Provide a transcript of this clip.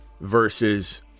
versus